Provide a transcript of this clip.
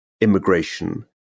immigration